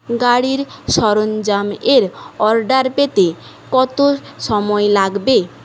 গাড়ির সরঞ্জামের অর্ডার পেতে কত সময় লাগবে